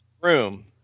room